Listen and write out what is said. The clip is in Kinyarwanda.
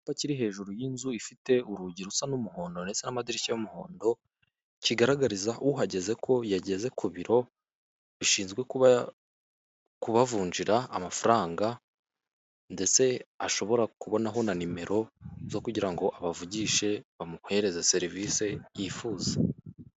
Icyapa kiri hejuru y'inzu ifite urugi rusa n'umuhondo, ndetse n'amadirishya y'umuhondo kigaragariza uhageze ko yageze ku biro bishinzwe kuba kubavunjira amafaranga, ndetse ashobora kubonaho na nimero zo kugira ngo abavugishe bamuhereze serivisi yifuza.